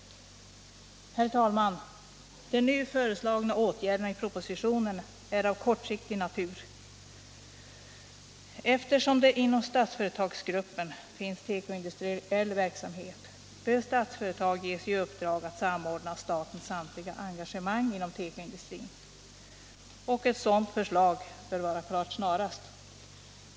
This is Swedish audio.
Herr talman! De i propositionen nu föreslagna åtgärderna är av kortsiktig natur. Eftersom det inom Statsföretagsgruppen finns tekoindustriell verksamhet bör Statsföretag ges i uppdrag att samordna statens samtliga engagemang inom tekoindustrin. Ett sådant förslag bör vara klart snarast.